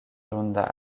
ronda